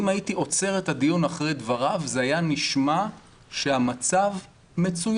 אם הייתי עוצר את הדיון אחרי דבריו זה היה נשמע שהמצב מצוין,